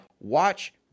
watch